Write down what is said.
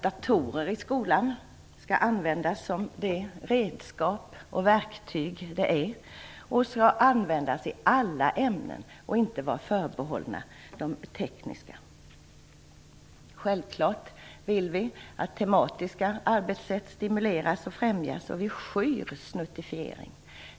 Datorer skall i skolan användas som de redskap och verktyg de är och användas i alla ämnen i stället för att bara vara förbehållna de tekniska. Självklart vill vi att tematiska arbetssätt stimuleras och främjas, och vi skyr snuttifiering.